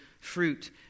fruit